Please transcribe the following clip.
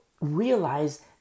realize